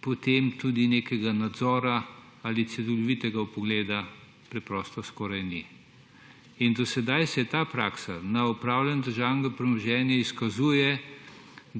potem tudi nekega nadzora ali celovitega vpogleda preprosto skoraj ni. In do sedaj ta praksa upravljanja državnega premoženja izkazuje,